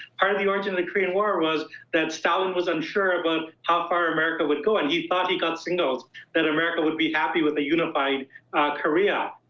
part of the origin of the korean war was that stalin was unsure about how far america would go, and he thought he got signals that america would be happy with a unified korea,